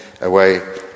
away